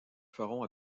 feront